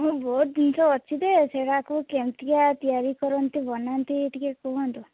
ହଁ ବହୁତ ଜିନିଷ ଅଛି ଯେ ସେଇଟାକୁ କେମିତିକା ତିଆରି କରନ୍ତି ବନାନ୍ତି ଟିକେ କୁହନ୍ତୁ